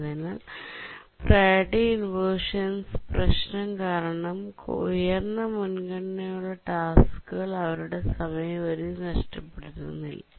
അതിനാൽ priority inversions പ്രശ്നം കാരണം ഉയർന്ന മുൻഗണനയുള്ള ടാസ്ക്കുകൾ അവരുടെ സമയപരിധി നഷ്ടപ്പെടുത്തുന്നില്ല